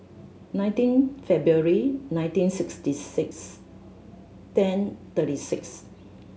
nineteen February nineteen sixty six ten thirty six